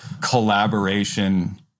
Collaboration